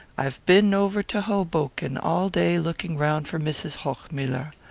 i've been over to hoboken all day looking round for mrs. hochmuller.